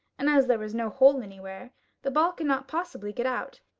and as there was no hole anywhere the ball could not possibly get out.